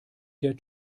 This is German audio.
der